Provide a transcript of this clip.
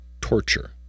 torture